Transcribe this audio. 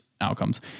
outcomes